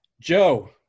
Joe